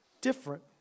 different